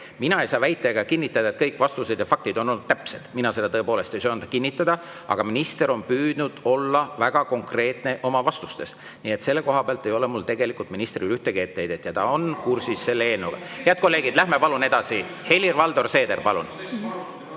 Mina ei saa väita ega kinnitada, et kõik vastused ja faktid on olnud täpsed. Mina seda tõepoolest ei söanda kinnitada, aga minister on püüdnud olla väga konkreetne oma vastustes. Nii et selle koha pealt ei ole mul tegelikult ministrile ühtegi etteheidet. Ta on kursis selle eelnõuga. (Urmas Reinsalu jätkab kohapealt.) Head kolleegid, lähme palun edasi. Helir-Valdor Seeder, palun!